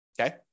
Okay